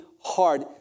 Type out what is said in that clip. hard